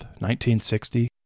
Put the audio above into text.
1960